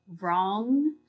wrong